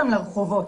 לרחובות.